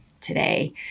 today